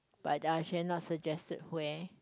but I shall not suggest it where